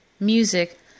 Music